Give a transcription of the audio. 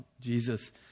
Jesus